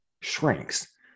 shrinks